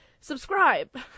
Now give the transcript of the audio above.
subscribe